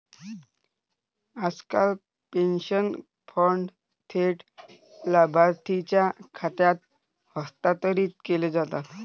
आजकाल pension fund थेट लाभार्थीच्या खात्यात हस्तांतरित केले जातात